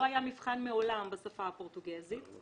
לא היה מעולם מבחן בשפה הפורטוגזית.